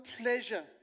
pleasure